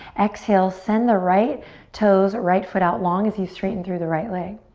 exhale, send the right toes, right foot out long as you straighten through the right leg.